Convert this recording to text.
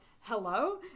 hello